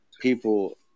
people